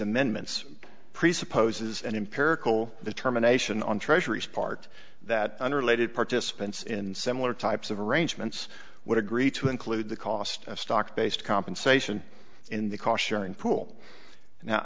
amendments presupposes and imperishable the terminations on treasury's part that unrelated participants in similar types of arrangements would agree to include the cost of stock based compensation in the cautionary pool now